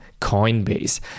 Coinbase